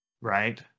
right